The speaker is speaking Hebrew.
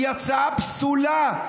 היא הצעה פסולה,